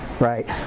Right